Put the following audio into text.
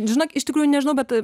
žinok iš tikrųjų nežinau bet